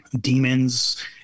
demons